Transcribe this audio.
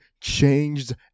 changed